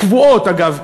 קבועות אגב: